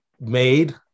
made